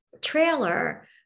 trailer